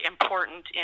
important